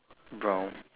brown